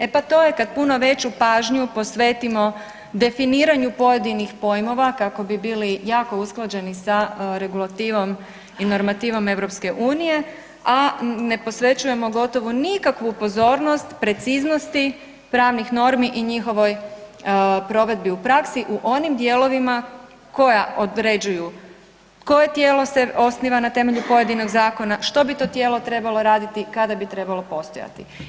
E pa to je kad puno veću pažnju posvetimo definiranju pojedinih pojmova kako bi bili jako usklađeni sa regulativom i normativom EU, a ne posvećujemo gotovo nikakvu pozornost preciznosti pravnih normi i njihovoj provedbi u praksi u onim dijelovima koja određuju koje tijelo se osniva na temelju pojedinog zakona, što bi to tijelo trebalo raditi i kada bi trebalo postojati.